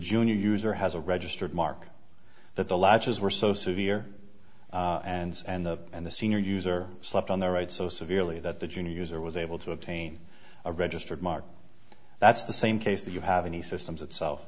junior user has a registered mark that the latches were so severe and and the and the senior user slept on the right so severely that the junior user was able to obtain a registered mark that's the same case that you have any systems itself